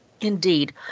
Indeed